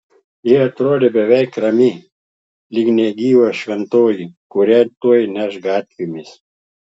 ji atrodė beveik rami lyg negyva šventoji kurią tuoj neš gatvėmis